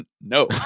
No